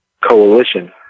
coalition